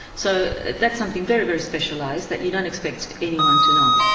so, that's something very, very specialised that you don't expect anyone to know.